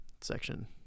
section